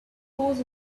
goes